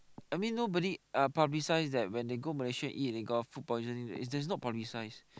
I mean nobody uh publicize that when they go Malaysia and eat they got food poisoning it's not publicized